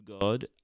God